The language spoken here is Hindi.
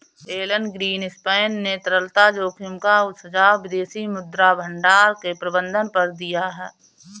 एलन ग्रीनस्पैन ने तरलता जोखिम का सुझाव विदेशी मुद्रा भंडार के प्रबंधन पर दिया